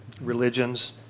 religions